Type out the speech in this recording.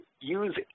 use